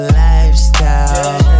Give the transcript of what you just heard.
lifestyle